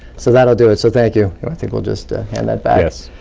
so that'll do it, so thank you. think we'll just hand that back.